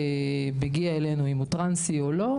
זה חשוב לי,